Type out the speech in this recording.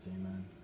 Amen